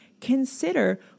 consider